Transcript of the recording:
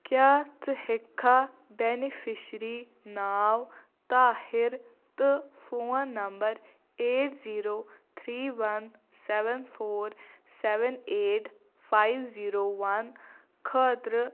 کیٛاہ ژٕ ہیکہِ کھا بیٚنِفیشری ناو طاہِر تہٕ phone number eight zero three one seven four seven eight five zero one خٲطرٕ